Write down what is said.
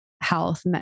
health